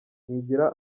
ntigira